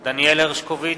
דניאל הרשקוביץ,